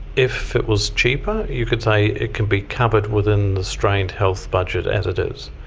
if it was cheaper you could say it can be covered within the strained health budget as it is.